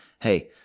hey